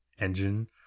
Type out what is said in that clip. engine